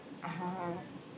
(uh huh)